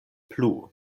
plu